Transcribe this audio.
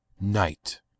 night